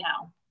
now